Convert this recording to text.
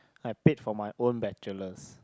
I paid for my own bachelor's